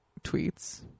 Tweets